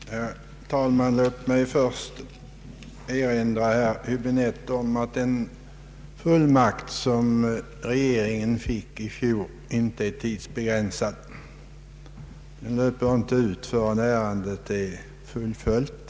Herr talman! Låt mig först erinra herr Höbinette om att den fullmakt som regeringen fick i fjol inte är tidsbegränsad utan gäller till dess att ärendet är fullföljt.